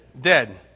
Dead